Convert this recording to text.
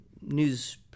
news